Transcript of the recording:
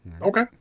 okay